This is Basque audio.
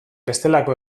bestelako